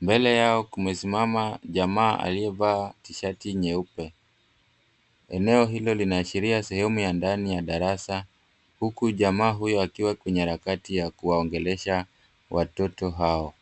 Mbele yao kumesimama jamaa aliyevaa tishati nyeupe. Eneo hilo linaashiria sehemu ya ndani ya darasa, huku jamaa huyo akiwa kwenye harakati ya kuwaongelesha watoto hao.